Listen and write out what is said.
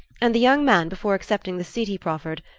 and the young man, before accepting the seat he proffered,